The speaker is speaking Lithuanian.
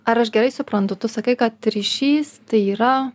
ar aš gerai suprantu tu sakai kad ryšys tai yra